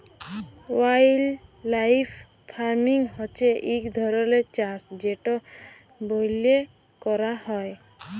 wildlife farming হছে ইক ধরলের চাষ যেট ব্যইলে ক্যরা হ্যয়